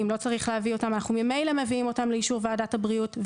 אם לא צריך להביא אותם אנחנו ממילא מביאים אותם לאישור ועדת הבריאות,